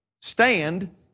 Stand